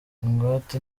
ingwate